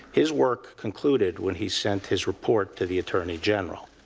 his work concluded when he sent his report to the attorney general.